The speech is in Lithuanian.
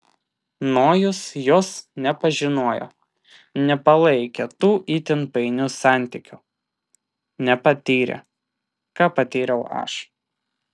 nojus jos nepažinojo nepalaikė tų itin painių santykių nepatyrė ką patyriau aš